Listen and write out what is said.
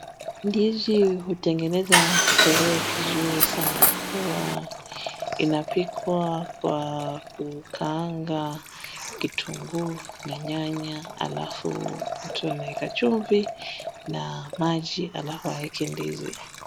Ndizi hutengeneza kitoweo kizuri sana huwa inapikwa kwa kukaanga kitunguu na nyanya alafu mtu anaeka chumvi na maji alafu aweke ndizi.